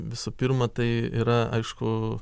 visų pirma tai yra aišku